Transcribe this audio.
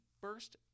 first